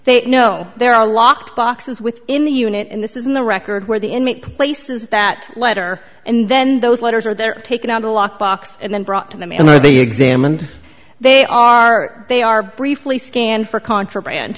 they know there are locked boxes within the unit and this is in the record where the inmate places that letter and then those letters are there taken out a locked box and then brought to the mail or they examined they are they are briefly scanned for contraband